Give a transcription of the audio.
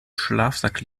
schlafsack